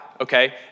okay